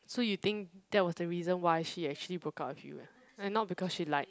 so you think that was the reason why she actually broke up with you and not because she lied